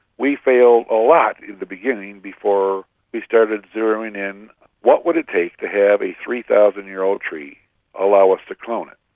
we failed a lot in the beginning before we started zeroing in what would it take to have a three thousand year old tree allow us to clone it.